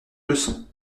leçon